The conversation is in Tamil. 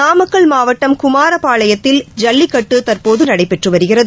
நாமக்கல் மாவட்டம் குமாரபாளையத்தில் ஜல்லிக்கட்டுதற்போதுநடைபெற்றுவருகிறது